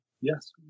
yes